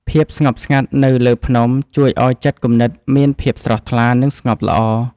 ភាពស្ងប់ស្ងាត់នៅលើភ្នំជួយឱ្យចិត្តគំនិតមានភាពស្រស់ថ្លា និងស្ងប់ល្អ។